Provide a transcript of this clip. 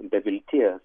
be vilties